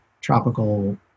tropical